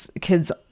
kids